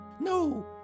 No